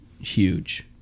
huge